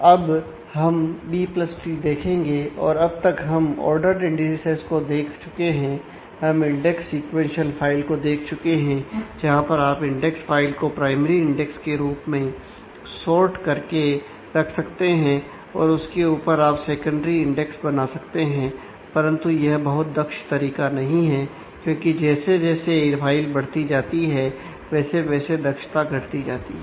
अब हम B plus tree देखेंगे और अब तक हम ओर्डरड इंडिसेज बना सकते हैं परंतु यह बहुत दक्ष तरीका नहीं है क्योंकि जैसे जैसे फाइल बढ़ती जाती है वैसे वैसे दक्षता घटती जाती है